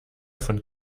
von